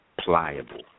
pliable